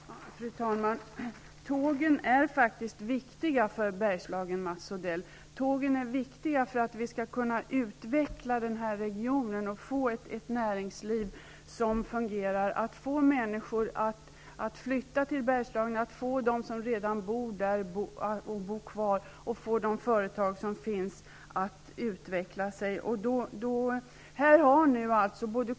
Fru talman! Tågen är faktiskt viktiga för Bergslagen, Mats Odell. Tågen är viktiga för att vi skall kunna utveckla regionen, skapa ett näringsliv som fungerar, få människor att flytta till Bergslagen, få dem som redan bor där att bo kvar och de företag som redan finns där att utvecklas.